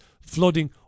flooding